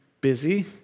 busy